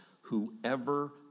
whoever